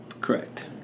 correct